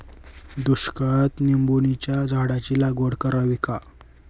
दुष्काळात निंबोणीच्या झाडाची लागवड करावी का?